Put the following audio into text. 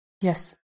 Yes